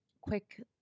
Quick